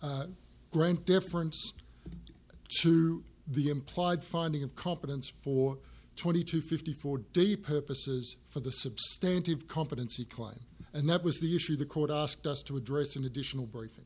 to grant deference to the implied finding of competence for twenty to fifty four day purposes for the substantial of competency climb and that was the issue the court asked us to address an additional briefing